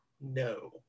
No